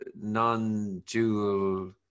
non-dual